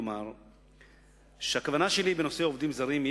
לומר שהכוונה שלי בנושא עובדים זרים אם